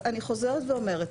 אז אני חוזרת ואומרת,